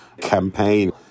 campaign